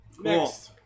Next